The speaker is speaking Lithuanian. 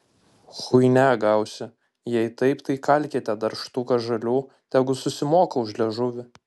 chuinia gausi jei taip tai kalkite dar štuką žalių tegu susimoka už liežuvį